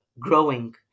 growing